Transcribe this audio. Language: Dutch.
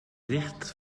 licht